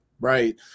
Right